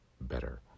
better